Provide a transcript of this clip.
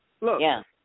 Look